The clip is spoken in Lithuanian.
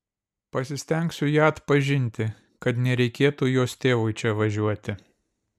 pasistengsiu ją atpažinti kad nereikėtų jos tėvui čia važiuoti